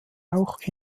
auch